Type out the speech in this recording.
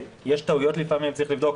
יש טעויות לפעמים, צריך לבדוק.